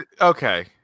okay